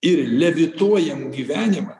ir levituojam gyvenimą